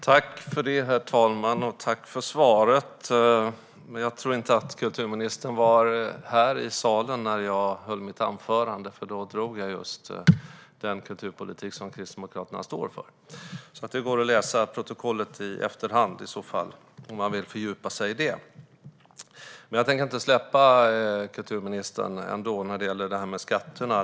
Herr talman! Jag vill tacka för svaret. Jag tror inte att kulturministern var här i salen när jag höll mitt anförande. Då drog jag just den kulturpolitik som Kristdemokraterna står för. Om man vill fördjupa sig i den går det i så fall att läsa om den i protokollet i efterhand. Jag tänker inte släppa kulturministern när det gäller skatterna.